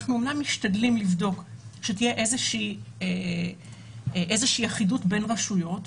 אנחנו אומנם משתדלים לבדוק שתהיה איזושהי אחידות בין רשויות,